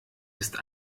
ist